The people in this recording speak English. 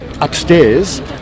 Upstairs